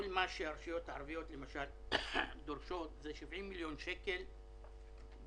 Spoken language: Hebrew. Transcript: כל מה שהרשויות הערביות דורשות זה 70 מיליון שקל לחודש.